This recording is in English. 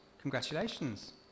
Congratulations